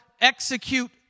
execute